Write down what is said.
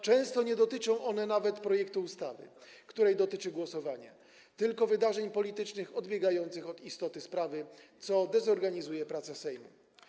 Często nie dotyczą one nawet projektu ustawy, której dotyczy głosowanie, tylko wydarzeń politycznych odbiegających od istoty sprawy, co dezorganizuje pracę Sejmu.